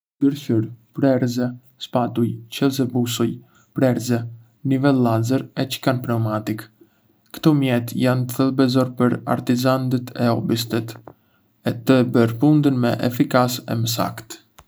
Gërshërë, prerëse, spatulë, çelësë bussolë, prerëse, nivel lazer, e çekan pneumatik. Ktò mjete jandë thelbësore për artizandët e hobbistët, të e bërë pundën më efikase e të saktë.